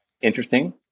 interesting